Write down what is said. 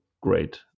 great